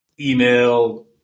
email